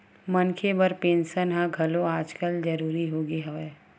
मनखे बर पेंसन ह घलो आजकल जरुरी होगे हवय